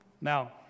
Now